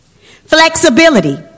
Flexibility